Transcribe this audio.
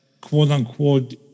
quote-unquote